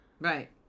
Right